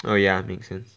oh ya makes sense